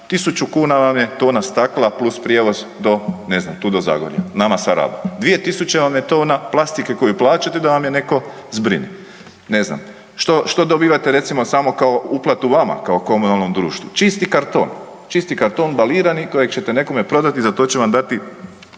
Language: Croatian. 1.000 kuna vam tona stakla plus prijevoz do ne znam tu do Zagorja nama sa Raba, 2.000 vam je tona plastike koju plaćate da vam je netko zbrine, ne znam što dobivate recimo samo kao uplatu vama kao komunalnom društvu, čisti karton balirani koji ćete nekom prodati i za to će vam dati